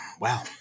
Wow